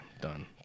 done